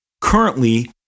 currently